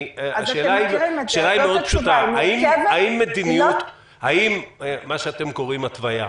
השאלה היא מאוד פשוטה: האם מה שאתם קוראים התווייה,